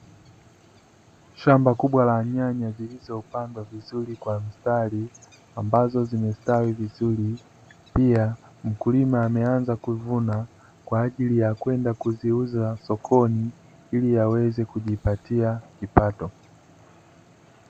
Shamba kubwa la nyanya zilizopandwa vizuri kwa mstari ambazo zimestawi vizuri, pia mkulima ameanza kuvuna kwa ajili ya kwenda kuziuza sokoni ili yaweze kujipatia kipato.